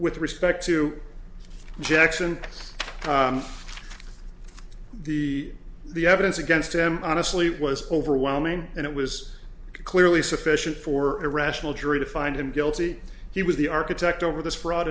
with respect to jackson the the evidence against him honestly was overwhelming and it was clearly sufficient for irrational jury to find him guilty he was the architect over this